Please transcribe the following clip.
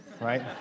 right